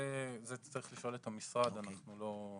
את זה צריך לשאול את המשרד, אנחנו לא יודעים.